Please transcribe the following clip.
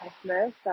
Christmas